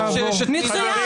טוב שיש את מי להאשים.